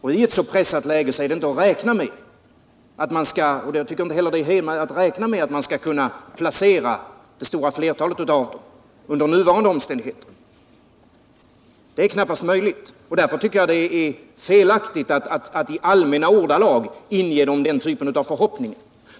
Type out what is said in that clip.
Under nuvarande omständigheter är det enligt min mening inte att räkna med att man skall kunna placera dem, det är knappast möjligt. Därför tycker jag det är felaktigt att i allmänna ordalag inge dem denna typ av förhoppningar.